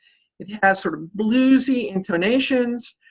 it has sort of bluesy intonations,